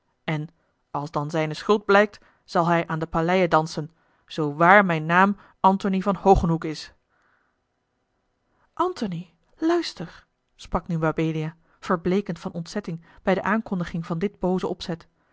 en als dan zijne schuld blijkt zal hij aan de paleie dansen zoo waar mijn naam antony van hogenhoeck is antony luister sprak nu mabelia verbleekend van ontzetting bij de aankondiging van dit booze opzet